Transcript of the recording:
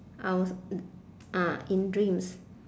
I was ah in dreams